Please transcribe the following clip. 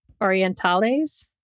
Orientales